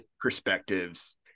perspectives